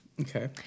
Okay